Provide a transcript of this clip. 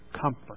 comfort